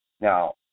Now